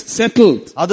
settled